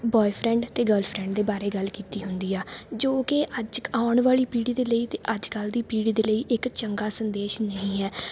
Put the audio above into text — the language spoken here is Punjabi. ਬੋਏਫਰੈਂਡ ਅਤੇ ਗਰਲਫਰੈਂਡ ਦੇ ਬਾਰੇ ਗੱਲ ਕੀਤੀ ਹੁੰਦੀ ਆ ਜੋ ਕਿ ਅੱਜ ਆਉਣ ਵਾਲੀ ਪੀੜ੍ਹੀ ਦੇ ਲਈ ਅਤੇ ਅੱਜ ਕੱਲ੍ਹ ਦੀ ਪੀੜੀ ਦੇ ਲਈ ਇੱਕ ਚੰਗਾ ਸੰਦੇਸ਼ ਨਹੀਂ ਹੈ